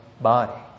body